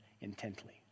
intently